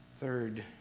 Third